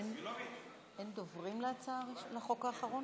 אין דוברים לחוק האחרון?